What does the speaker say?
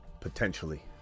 potentially